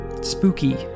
Spooky